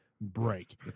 break